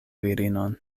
virinon